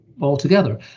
altogether